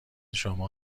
شما